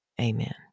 amen